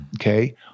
okay